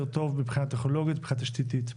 טוב מבחינה טכנולוגית ומבחינה תשתיתית.